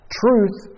truth